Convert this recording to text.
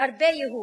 הרבה ייהוד,